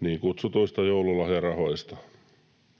niin kutsutuista joululahjarahoista.